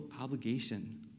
obligation